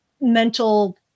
mental